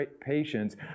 patience